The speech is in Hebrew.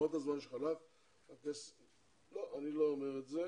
למרות הזמן שחלף הכסף לא, אני לא אומר את זה,